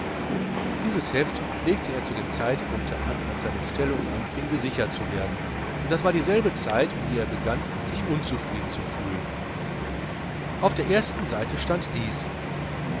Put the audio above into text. dieses heft legte er zu dem zeitpunkte an als seine stellung anfing gesichert zu werden und das war dieselbe zeit um die er begann sich unzufrieden zu fühlen auf der ersten seite stand dies